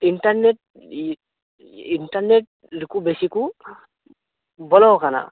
internet internet ᱱᱩᱠᱩ ᱵᱮᱥᱤ ᱠᱚ ᱵᱚᱞᱚᱣᱟᱠᱟᱱᱟ